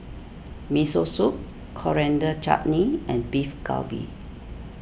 Miso Soup Coriander Chutney and Beef Galbi